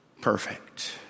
perfect